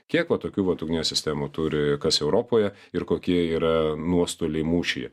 kiek va tokių vat ugnies sistemų turi kas europoje ir kokie yra nuostoliai mūšyje